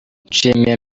nshimiye